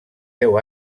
deu